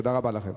תודה רבה לכם.